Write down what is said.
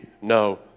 no